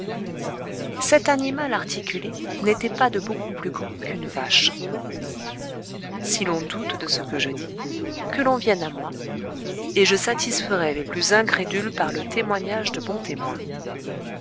cet animal articulé n'était pas de beaucoup plus grand qu'une vache si l'on doute de ce que je dis que l'on vienne à moi et je satisferai les plus incrédules par le témoignage de bons témoins